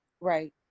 Right